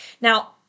Now